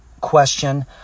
question